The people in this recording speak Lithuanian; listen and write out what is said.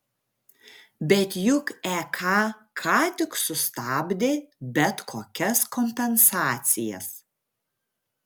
bet juk ek ką tik sustabdė bet kokias kompensacijas